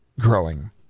growing